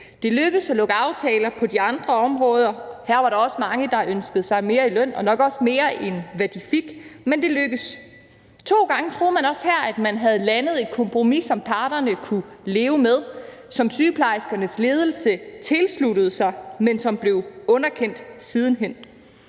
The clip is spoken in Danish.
Det lykkedes at lukke aftaler på de andre områder. Der var der også mange, der ønskede sig mere i løn og nok også mere, end hvad de fik, men det lykkedes. To gange troede man også her, at man havde landet et kompromis, som parterne kunne leve med, og som sygeplejerskernes ledelse tilsluttede sig, men som blev underkendt siden hen.